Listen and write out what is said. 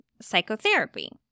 psychotherapy